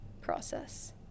process